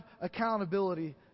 accountability